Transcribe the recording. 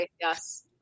yes